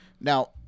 Now